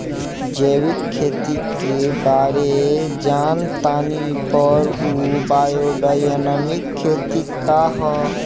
जैविक खेती के बारे जान तानी पर उ बायोडायनमिक खेती का ह?